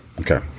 Okay